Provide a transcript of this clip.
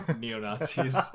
neo-Nazis